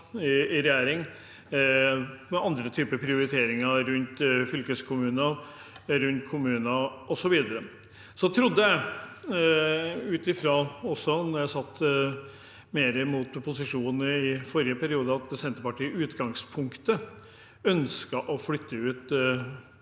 i regjering – med andre typer prioriteringer rundt fylkeskommuner, kommuner osv. Jeg trodde, også ut fra at jeg satt mer med proposisjonene i forrige periode, at Senterpartiet i utgangspunktet ønsket å flytte ut